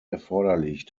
erforderlich